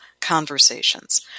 conversations